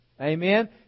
Amen